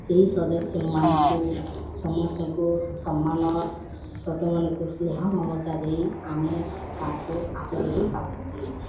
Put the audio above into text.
ସେଇ ସଦସ୍ୟମାନଙ୍କୁ ସମସ୍ତଙ୍କୁ ସମ୍ମାନ ଛୋଟମାନଙ୍କୁ ସ୍ନେହ ମମତା ଦେଇ ଆମେ ତାଙ୍କୁ ଆଦର ବି ପାରନ୍ତି